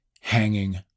hanging